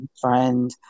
friend